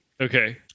Okay